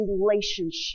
relationship